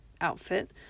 outfit